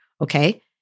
okay